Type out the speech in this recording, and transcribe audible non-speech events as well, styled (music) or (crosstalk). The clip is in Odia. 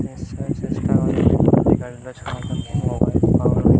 ଚେଷ ଚେଷ୍ଟା (unintelligible) ଗାଡ଼ିଟା ସ (unintelligible)